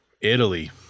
Italy